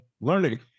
learning